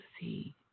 see